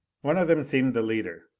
one of them seemed the leader.